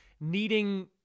needing